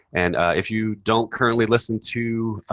and if you don't currently listen to